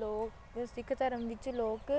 ਲੋਕ ਸਿੱਖ ਧਰਮ ਵਿੱਚ ਲੋਕ